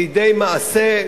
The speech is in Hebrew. לידי מעשה,